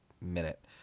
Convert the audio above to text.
minute